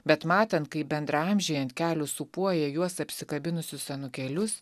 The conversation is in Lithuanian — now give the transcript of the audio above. bet matant kaip bendraamžiai ant kelių sūpuoja juos apsikabinusius anūkelius